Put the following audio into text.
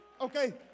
okay